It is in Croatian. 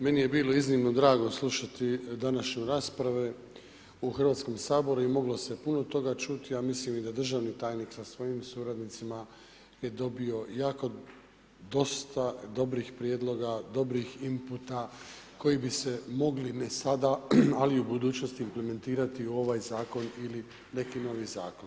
Meni je bilo iznimno drago slušati današnje rasprave u Hrvatskom saboru i moglo se puno toga čuti a mislim da i državni tajnik sa svojim suradnicima je dobio jako dosta dobrih prijedloga, dobrih inputa koji bi se mogli, ne sada, ali u budućnosti implementirati u ovaj zakon ili neki novi zakon.